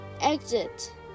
exit